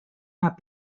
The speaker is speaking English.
not